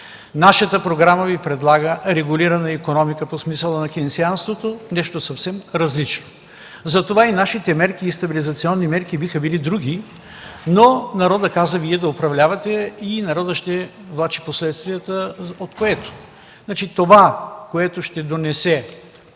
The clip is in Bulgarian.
Нашата програма Ви предлага регулирана икономика по смисъла на Кейнсианството – нещо съвсем различно. Затова и нашите стабилизационни мерки биха били други, но народът каза Вие да управлявате и народът ще влачи последствията от което. Това, което ще донесат